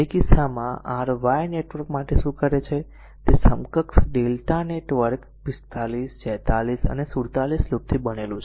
તેથી તે કિસ્સામાં તે r Y નેટવર્ક માટે શું કરે છે તે સમકક્ષ Δ નેટવર્ક 45 46 અને 47 લૂપથી બનેલું છે